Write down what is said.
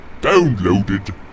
downloaded